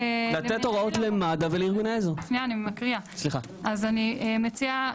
איוו אז אני מציעה,